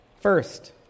first